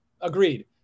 Agreed